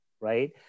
right